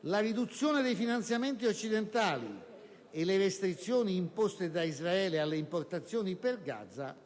la riduzione dei finanziamenti occidentali e le restrizioni imposte da Israele alle importazioni per Gaza